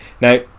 now